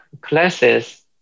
classes